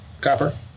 copper